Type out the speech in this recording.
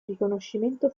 riconoscimento